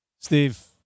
Steve